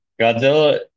Godzilla